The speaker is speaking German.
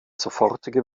sofortige